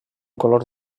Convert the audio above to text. color